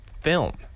film